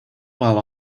while